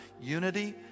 unity